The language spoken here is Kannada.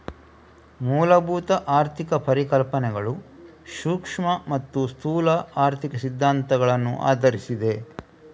ಮೂಲಭೂತ ಆರ್ಥಿಕ ಪರಿಕಲ್ಪನೆಗಳು ಸೂಕ್ಷ್ಮ ಮತ್ತೆ ಸ್ಥೂಲ ಆರ್ಥಿಕ ಸಿದ್ಧಾಂತಗಳನ್ನ ಆಧರಿಸಿದೆ